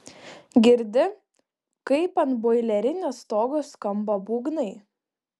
girdi kaip ant boilerinės stogo skamba būgnai